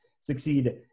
succeed